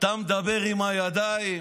אתה מדבר עם הידיים,